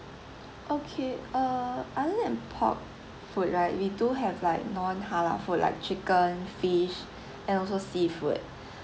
okay uh other than pork food right we do have like non halal food like chicken fish and also seafood